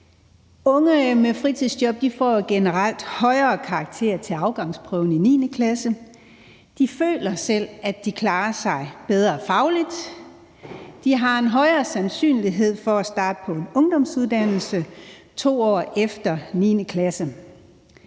Unge med fritidsjob får generelt højere karakterer til afgangsprøven i 9. klasse. De føler selv, at de klarer sig bedre fagligt. De har en højere sandsynlighed for at starte på en ungdomsuddannelse 2 år efter 9. klasse.